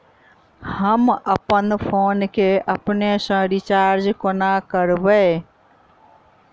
हम अप्पन फोन केँ अपने सँ रिचार्ज कोना करबै?